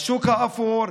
השוק האפור,